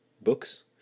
books